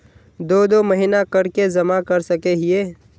दो दो महीना कर के जमा कर सके हिये?